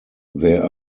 there